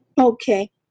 Okay